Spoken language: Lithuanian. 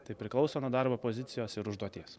tai priklauso nuo darbo pozicijos ir užduoties